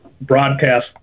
broadcast